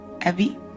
Abby